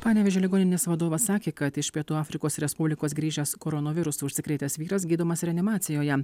panevėžio ligoninės vadovas sakė kad iš pietų afrikos respublikos grįžęs koronavirusu užsikrėtęs vyras gydomas reanimacijoje